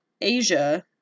Asia